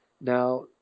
Now